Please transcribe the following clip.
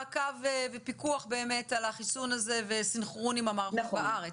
מעקב ופיקוח על החיסון הזה וסנכרון עם המערכות בארץ.